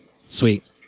Sweet